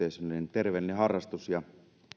terveellinen harrastus ja